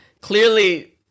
Clearly